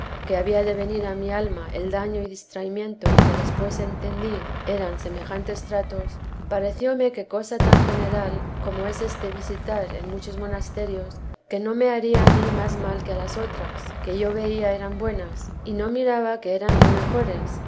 que había de venir a mi alma el daño y distraimiento que después entendí eran semejantes tratos parecióme que cosa tan general como es este visitar en muchos monasterios que no me haría a mí más mal que a las otras que yo veía eran buenas y no miraba que eran muy mejores